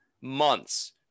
months